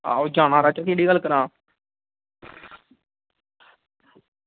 आहो जाना चाचू केह्ड़ी गल्ल करा ना